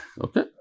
Okay